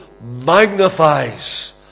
magnifies